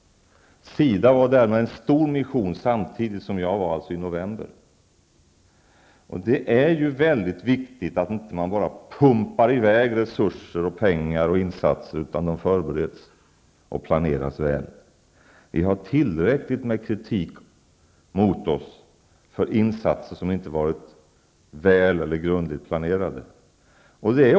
SIDA var där med en stor mission samtidigt som jag var där, alltså i november. Det är ju väldigt viktigt att man inte bara pumpar i väg resurser utan att insatserna förbereds och planeras väl. Vi har tillräckligt med kritik mot oss för insatser som inte varit grundligt planerade.